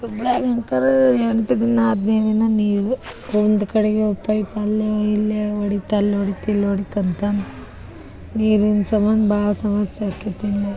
ಹುಬ್ಳಿಯಾಗ ಅಂತೂ ಎಂಟು ದಿನ ಹದಿನೈದು ದಿನ ನೀರು ಒಂದು ಕಡೆಗೆ ಪೈಪ್ ಅಲ್ಲಿ ಇಲ್ಲಿ ಒಡೀತು ಅಲ್ಲಿ ಒಡೀತು ಇಲ್ಲಿ ಒಡೀತು ಅಂತಂದು ನೀರಿಂದ ಸಂಬಂಧ ಭಾಳ ಸಮಸ್ಯೆ ಆಕೈತೆ ಇನ್ನು